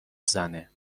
زنه